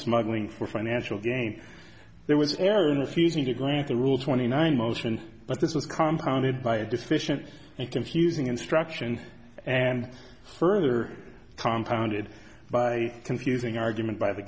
smuggling for financial gain there was error in the season to grant the rule twenty nine motion but this was compound it by a deficient and confusing instruction and further tom pounded by confusing argument by the